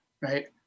Right